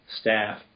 staff